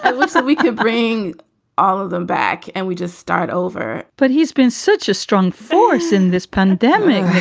and looks like we could bring all of them back and we just start over but he's been such a strong force in this pandemic